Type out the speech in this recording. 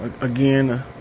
again